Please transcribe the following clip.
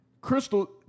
Crystal